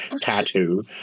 tattoo